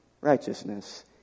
righteousness